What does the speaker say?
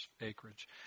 acreage